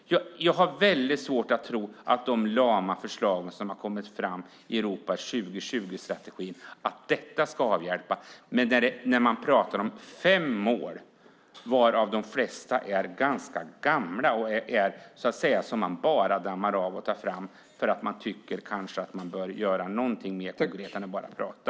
Jag har svårt att tro att de lama förslag som har kommit fram i Europa 2020-strategin ska hjälpa. Man talar om fem mål, varav de flesta är gamla som tas fram och dammas av för att man tycker att man bör göra något mer konkret än att bara prata.